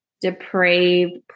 depraved